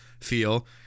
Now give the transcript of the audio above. feel